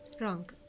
Wrong